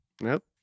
nope